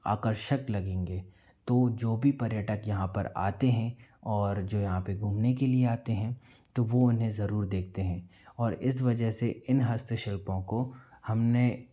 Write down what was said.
आकर्षक लगेंगे तो जो भी पर्यटक यहाँ पर आते हैं और जो यहाँ पे घूमने के लिए आते हैं तो वो उन्हें ज़रूर देखते हैं और इस वजह से इन हस्तशिल्पों को हमने